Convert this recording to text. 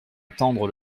attendre